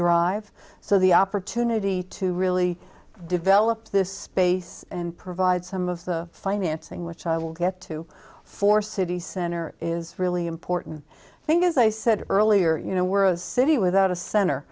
drive so the opportunity to really develop this space and provide some of the financing which i'll get to for city center is really important think as i said earlier you know we're a city without a center